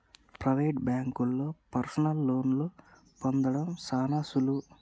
private బాంకుల్లో personal లోన్లు పొందడం సాన సులువు